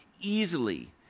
easily